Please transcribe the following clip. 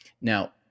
Now